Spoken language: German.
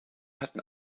hatten